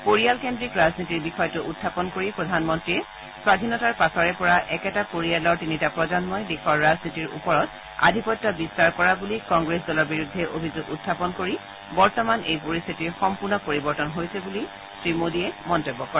পৰিয়ালকেন্দ্ৰিক ৰাজনীতিৰ বিষয়টো উখাপন কৰি প্ৰধানমন্ত্ৰীয়ে স্বাধীনতাৰ পাছৰে পৰা একেটা পৰিয়ালৰ তিনিটা প্ৰজন্মই দেশৰ ৰাজনীতিৰ ওপৰত আধিপত্য বিস্তাৰ কৰা বুলি কংগ্ৰেছ দলৰ বিৰুদ্ধে অভিযোগ উখাপন কৰি বৰ্তমান এই পৰিস্থিতিৰ সম্পূৰ্ণ পৰিৱৰ্তন হৈছে বুলি মন্তব্য কৰে